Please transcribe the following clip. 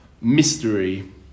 mystery